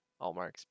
Allmark's